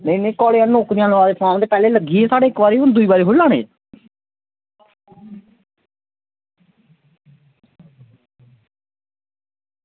नेईं इक्क बारी भर्थियें दे फार्म हून दूई बारी थोह्ड़े ना लानै